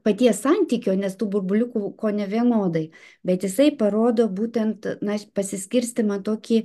paties santykio nes tų burbuliukų kone vienodai bet jisai parodo būtent na pasiskirstymą tokį